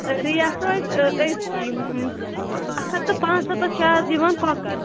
rate روزِ أزۍ چی اکھ ہَتھ تہٕ پانٛژھ سَتتھ چھِ آز یِوان کۄکَر